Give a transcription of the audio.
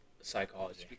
Psychology